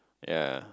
ya